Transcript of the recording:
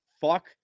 fuck